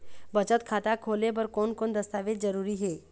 बचत खाता खोले बर कोन कोन दस्तावेज जरूरी हे?